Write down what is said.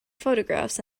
photographs